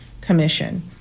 commission